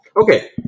Okay